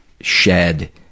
shed